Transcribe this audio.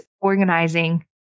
organizing